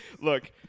Look